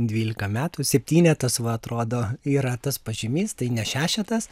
dvylika metų septynetas va atrodo yra tas pažymys tai ne šešetas